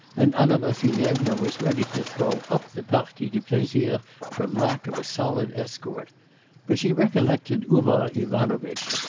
and anna vassilyevna was ready to throw up the partie du plaisir for lack of a solid escort but she recollected uvar ivanovitch,